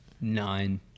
nine